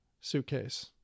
suitcase